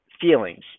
feelings